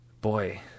boy